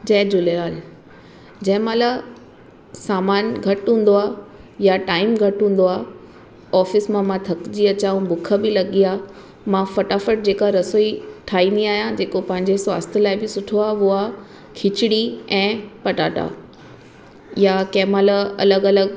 जय झूलेलाल जंहिं महिल सामानु घटि हूंदो आहे या टाइम घटि हूंदो आहे ऑफ़िस मां थकिजी अचां ऐं बुख बि लॻी आहे मां फटाफट जेकी रसोई ठाहींदी आहियां जेको पांहिंजे स्वास्थ लाइ बि सुठो आहे उहो आहे खीचड़ी ऐं पटाटा या कंहिं माल्हि अलॻि अलॻि